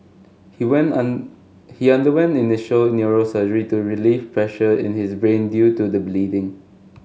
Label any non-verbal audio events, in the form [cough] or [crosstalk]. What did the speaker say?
he went [unintelligible] he underwent initial neurosurgery to relieve pressure in his brain due to the bleeding